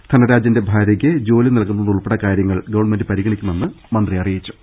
ധനരാജന്റെ ഭാര്യയ്ക്ക് ജോലി നൽകുന്നതുൾപ്പെടെ കാരൃങ്ങൾ ഗവൺമെന്റ് പരിഗണിക്കു മെന്ന് മന്ത്രി അറിയിച്ചു